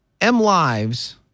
M.Lives